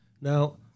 Now